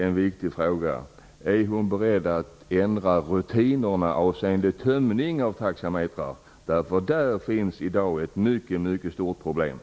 Är statsrådet beredd att ändra rutinerna avseende tömning av taxametrar? Det är en viktig fråga. I det fallet finns det nämligen i dag ett mycket stort problem.